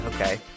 okay